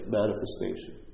manifestation